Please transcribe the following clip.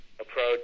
approach